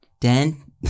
Dan